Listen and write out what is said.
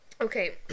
Okay